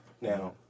Now